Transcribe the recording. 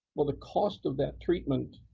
well the cost of that treatment